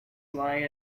lie